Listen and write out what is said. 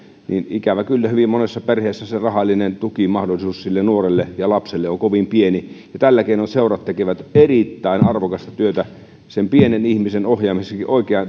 ikävä kyllä hyvin monessa perheessä rahallinen tukimahdollisuus nuorelle ja lapselle on kovin pieni ja tällä keinoin seurat tekevät erittäin arvokasta työtä pienen ihmisen ohjaamiseksi